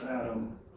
Adam